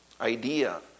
idea